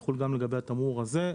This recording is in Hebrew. יחול גם לגבי התמרור הזה.